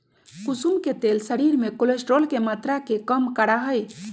कुसुम के तेल शरीर में कोलेस्ट्रोल के मात्रा के कम करा हई